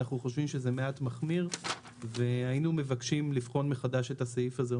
אנחנו חושבים שזה מעט מחמיר והיינו מבקשים לבחון מחדש את הסעיף הזה.